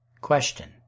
Question